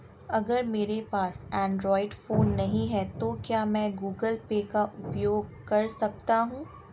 अगर मेरे पास एंड्रॉइड फोन नहीं है तो क्या मैं गूगल पे का उपयोग कर सकता हूं?